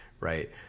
Right